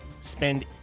spend